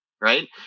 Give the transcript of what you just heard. Right